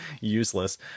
useless